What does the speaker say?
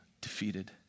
defeated